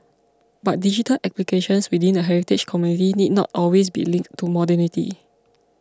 but digital applications within the heritage community need not always be linked to modernity